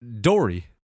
Dory